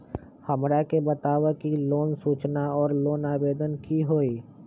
हमरा के बताव कि लोन सूचना और लोन आवेदन की होई?